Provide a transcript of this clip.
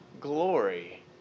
glory